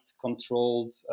controlled